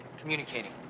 Communicating